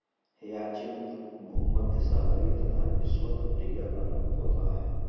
hyacinth भूमध्यसागरीय तथा विषुवत अफ्रीका का मूल पौधा है